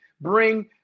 bring